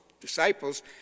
disciples